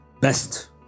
best